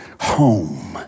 home